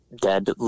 dead